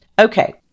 Okay